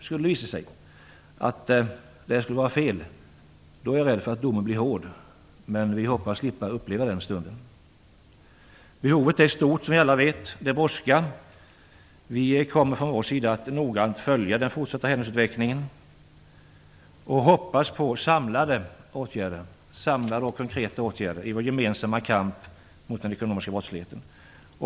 Skulle det visa sig att det skulle vara fel är jag rädd för att domen blir hård, men vi hoppas slippa uppleva den stunden. Behovet är stort, som vi alla vet. Det brådskar. Vi kommer från vår sida att noggrant följa den fortsatta händelseutvecklingen och hoppas på samlade och konkreta åtgärder i vår gemensamma kamp mot den ekonomiska brottsligheten.